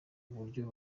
buryo